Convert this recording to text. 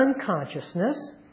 unconsciousness